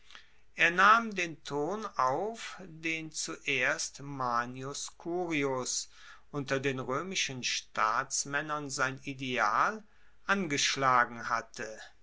er nahm den ton auf den zuerst manius curius unter den roemischen staatsmaennern sein ideal angeschlagen hatte